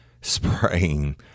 spraying